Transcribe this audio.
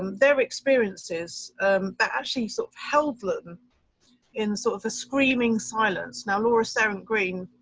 um their experiences. but actually sort of held them in sort of a screaming silence. now laura serrant-green,